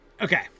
Okay